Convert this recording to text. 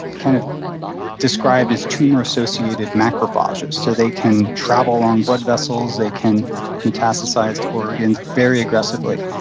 kind of described as tumor-associated macrophages, so they can travel along blood vessels. they can metastasize to organs very aggressively.